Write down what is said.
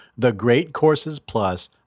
thegreatcoursesplus